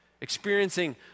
experiencing